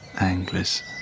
anglers